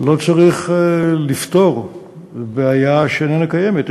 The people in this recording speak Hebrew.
לא צריך לפתור בעיה שאיננה קיימת.